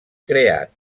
creat